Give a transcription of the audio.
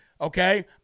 okay